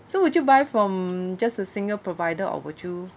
so would you buy from just a single provider or would you